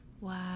Wow